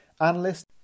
analysts